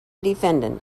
defendant